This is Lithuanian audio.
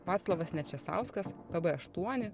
vaclovas nevčesauskas p b aštuoni